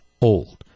old